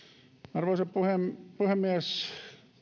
arvoisa puhemies